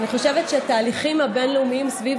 אני חושבת שהתהליכים הבין-לאומיים סביב